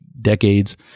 decades